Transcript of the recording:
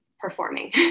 performing